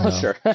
Sure